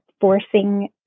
forcing